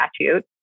statute